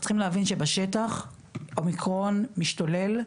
צריכים להבין שבשטח האומיקרון משתולל,